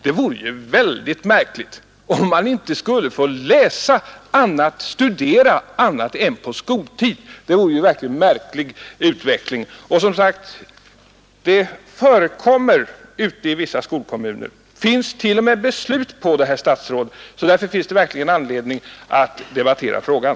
Det vore verkligen en märklig utveckling om skolans elever inte skulle få studera annat än på skoltid. Som jag sagt förekommer det ute i vissa skolkommuner förbud mot hemläxor. Det finns t.o.m. beslut på det, herr statsråd. Således finns det anledning att debattera frågan.